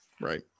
Right